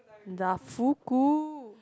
Dafuku